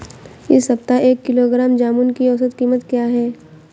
इस सप्ताह एक किलोग्राम जामुन की औसत कीमत क्या है?